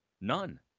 None